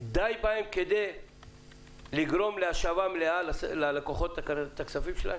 כדי לגרום להשבה מלאה של כספים ללקוחות?